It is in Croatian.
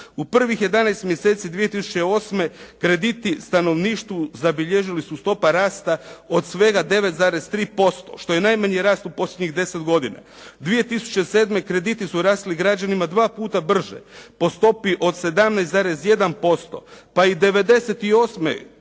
u prvih 11 mjeseci 2008. krediti stanovništvu zabilježili su stopa rasta od svega 9.3% što je najmanji rast u posljednjih 10 godina. 2007. krediti su rasli građanima 2 puta brže. Po stopi od 17.1% pa i 98. po